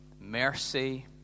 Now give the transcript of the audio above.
mercy